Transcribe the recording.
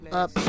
up